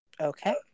Okay